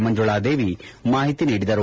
ಮಂಜುಳಾದೇವಿ ಮಾಹಿತಿ ನೀಡಿದರು